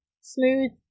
smooth